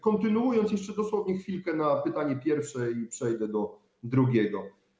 Kontynuuję jeszcze dosłownie chwilkę na pytanie pierwsze i przejdę do drugiego.